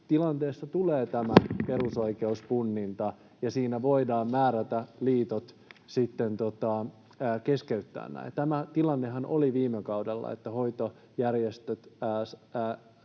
tilanteessa tulee tämä perusoikeuspunninta, ja siinä voidaan määrätä liitot sitten keskeyttämään nämä. Tämä tilannehan oli viime kaudella, että hoitojärjestöille